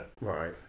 Right